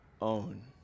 own